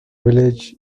village